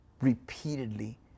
repeatedly